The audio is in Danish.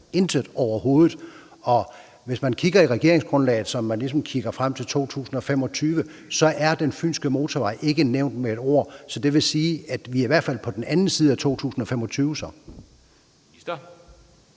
intet overhovedet. Og hvis man kigger i regeringsgrundlaget, så man ligesom kigger frem til 2025, kan man se, at den fynske motorvej ikke er nævnt med et ord. Så det vil sige, at vi i hvert fald er på den anden side af 2025. Kl.